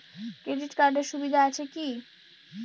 Credit কার্ডের সুবিধা কি আছে?